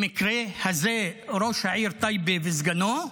במקרה הזה ראש העיר טייבה וסגנו,